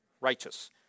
righteous